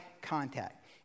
contact